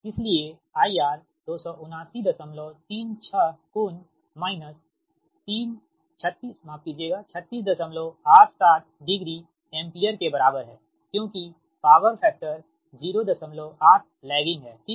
इसलिए IR 27936 कोण minus 3687 degree ampere के बराबर है क्योंकि पावर फैक्टर 08 लैगिंग है ठीक